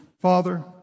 Father